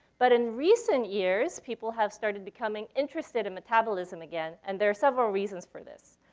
but in recent years, people have started becoming interested in metabolism again, and there are several reasons for this.